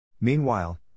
Meanwhile